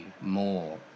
more